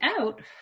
out